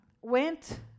went